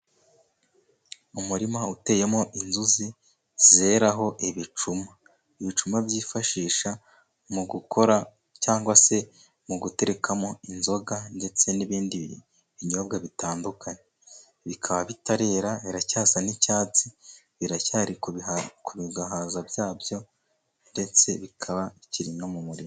Umurima uteyemo inzuzi zeraho ibicuma. Ibicuma byifashishwa mu gukora cyangwa se mu guterekamo inzoga, ndetse n'ibindi binyobwa bitandukanye. Bikaba bitarera biracyasa n'icyatsi, biracyari ku bihaza byabyo, ndetse bikaba bikiri no mu murima.